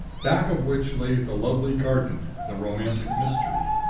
back of which lay the lovely garden, the romantic mystery.